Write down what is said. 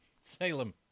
Salem